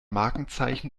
markenzeichen